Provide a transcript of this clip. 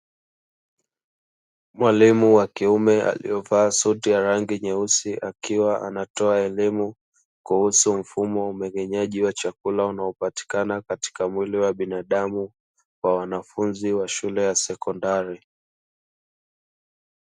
Mwalimu wa kiume aliyevaa suti ya rangi nyeusi, akiwa anatoa elimu kuhusu mfumo wa umeng'enyaji wa chakula unaopatikana katika mwili wa binadamu kwa wanafunzi wa shule ya sekondari.